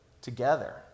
together